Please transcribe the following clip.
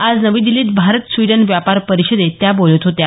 आज नवी दिल्लीत भारत स्वीडन व्यापार परिषदेत त्या बोलत होत्या